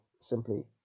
simply